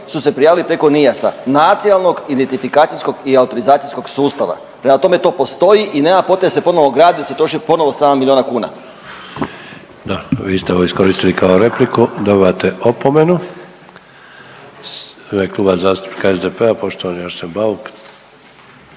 su se prijavili preko NIAS-a Nacionalnog identifikacijskog i autorizacijskog sustava, prema tome to postoji i nema potrebe da se ponovo … da se troši ponovo sedam milijuna kuna. **Sanader, Ante (HDZ)** Dobro, vi ste ovo iskoristili kao repliku dobivate opomenu. U ime Kluba zastupnika SDP-a poštovani Arsen Bauk.